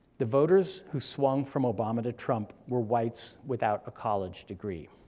the voters who swung from obama to trump were whites without a college degree.